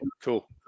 cool